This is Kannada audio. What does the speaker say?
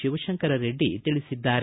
ಶಿವಶಂಕರರೆಡ್ಡಿ ತಿಳಿಸಿದ್ದಾರೆ